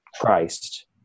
Christ